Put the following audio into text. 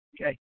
Okay